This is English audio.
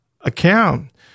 account